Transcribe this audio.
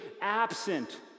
absent